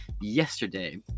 yesterday